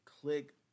Click